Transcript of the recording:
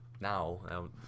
now